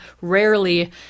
rarely